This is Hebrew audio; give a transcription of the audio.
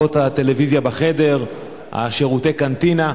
לרבות הטלוויזיה בחדר, שירותי קנטינה.